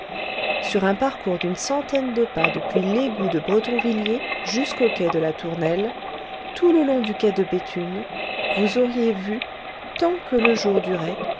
sur un parcours d'une centaine de pas depuis l'égout de bretonvilliers jusqu'au quai de la tournelle tout le long du quai de béthune vous auriez vu tant que le jour